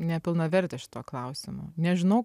nepilnavertė šituo klausimu nežinau